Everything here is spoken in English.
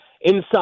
inside